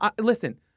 listen